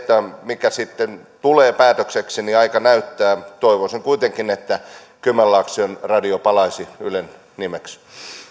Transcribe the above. mikä sitten tulee päätökseksi aika näyttää toivoisin kuitenkin että kymenlaakson radio palaisi ylen nimeksi